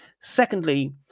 Secondly